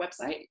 website